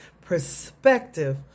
perspective